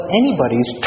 anybody's